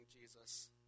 Jesus